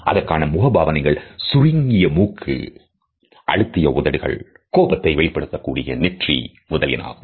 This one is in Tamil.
அதற்கான முகபாவனைகள் சுருங்கிய மூக்கு அழுத்திய உதடுகள் கோபத்தை வெளிப்படுத்தக்கூடிய நெற்றி முதலியன ஆகும்